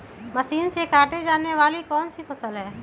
Machine से काटे जाने वाली कौन सी फसल है?